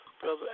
Brother